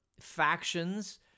factions